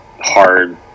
hard